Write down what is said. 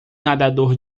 nadador